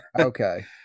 Okay